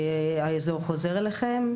האזור חוזר אליכם.